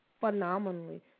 phenomenally